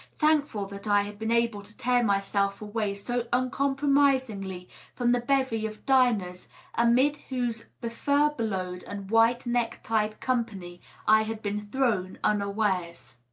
thankful that i had been able to tear myself away so uncompromisingly from the bevy of diners amid whose befur belowed and white-necktied company i had been thrown unawares.